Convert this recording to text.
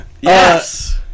Yes